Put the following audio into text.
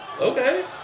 Okay